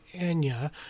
Anya